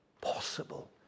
possible